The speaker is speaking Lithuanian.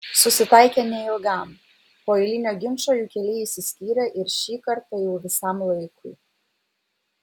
susitaikė neilgam po eilinio ginčo jų keliai išsiskyrė ir šį kartą jau visam laikui